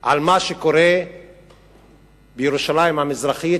על מה שקורה בירושלים המזרחית,